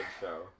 show